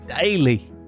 daily